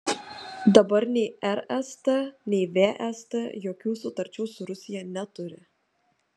dabar nei rst nei vst jokių sutarčių su rusija neturi